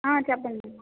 చెప్పండమ్మ